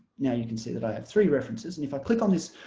now you can see that i have three references and if i click on this